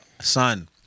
son